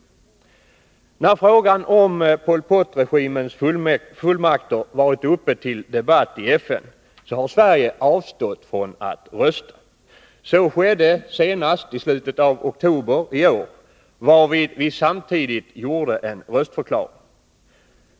5 När frågan om Pol Pot-regimens fullmakter varit uppe till debatt i FN, har Sverige avstått från att rösta. Så skedde senast i slutet av oktober i år, varvid vi samtidigt avgav en röstförklaring.